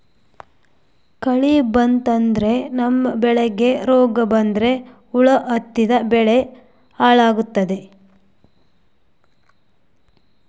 ಕಳಿ ಬಂತಂದ್ರ ನಮ್ಮ್ ಬೆಳಿಗ್ ರೋಗ್ ಬಂದು ಹುಳಾ ಹತ್ತಿ ಬೆಳಿ ಹಾಳಾತದ್